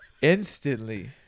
instantly